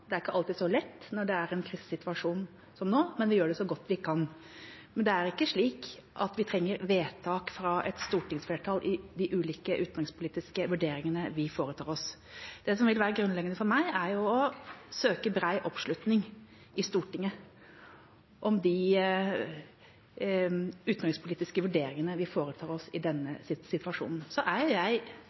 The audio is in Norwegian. Det er ikke alltid så lett når det er en krisesituasjon, som nå, men vi gjør det så godt vi kan. Men det er ikke slik at vi trenger vedtak fra et stortingsflertall i de ulike utenrikspolitiske vurderingene vi foretar oss. Det som vil være grunnleggende for meg, er å søke bred oppslutning i Stortinget om de utenrikspolitiske vurderingene vi foretar oss i denne situasjonen. Så er jo jeg uenig med SV og Rødt i synet på NATO, og jeg